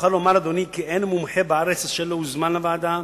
אוכל לומר כי אין מומחה בארץ אשר לא הוזמן לוועדה,